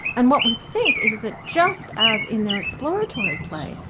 and what we think is that just as in their exploratory play,